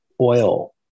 Oil